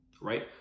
right